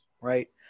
right